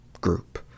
group